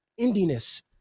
indiness